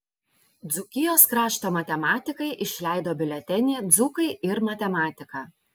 dzūkijos krašto matematikai išleido biuletenį dzūkai ir matematika